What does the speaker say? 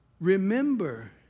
Remember